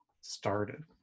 started